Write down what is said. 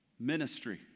Ministry